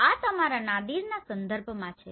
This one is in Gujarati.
આ તમારા નાદિરના સંદર્ભમાં છે